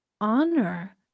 honor